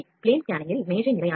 Plane scanning ல் மேஜை நிலையானது